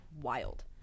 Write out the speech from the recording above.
wild